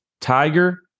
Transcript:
Tiger